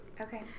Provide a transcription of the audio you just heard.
okay